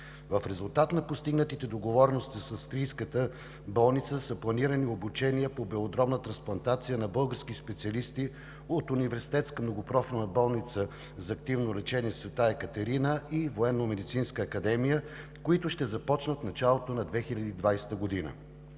В резултат на постигнатите договорености с австрийската болница са планирани обучения по белодробна трансплантация на български специалисти от Университетска многопрофилна болница за активно лечение „Света Екатерина“ и Военномедицинска академия, които ще започнат в началото на 2020 г.